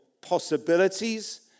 possibilities